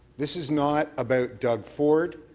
this is not about doug ford,